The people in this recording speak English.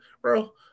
bro